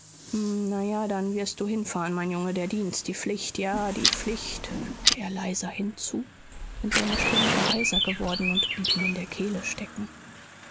na ja dann wirst du hinfahren mein junge der dienst die pflicht ja die pflicht fügte er leiser hinzu denn seine stimme war heiser geworden und blieb ihm in der kehle stecken